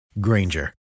Granger